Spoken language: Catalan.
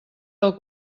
del